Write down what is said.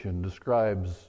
describes